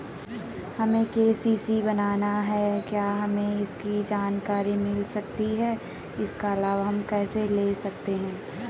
हमें के.सी.सी बनाना है क्या हमें इसकी जानकारी मिल सकती है इसका लाभ हम कैसे ले सकते हैं?